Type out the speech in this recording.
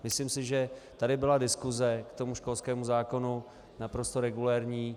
Myslím si, že tady byla diskuse ke školskému zákonu naprosto regulérní.